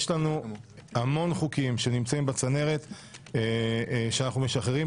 יש לנו המון חוקים שנמצאים בצנרת שאנחנו משחררים,